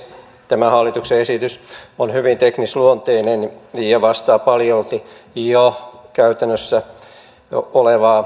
tämä hallituksen esitys on hyvin teknisluonteinen ja vastaa paljolti jo käytännössä olevaa sääntelyä